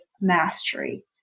mastery